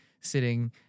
sitting